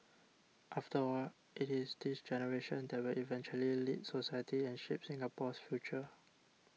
after all it is this generation that will eventually lead society and shape Singapore's future